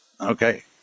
Okay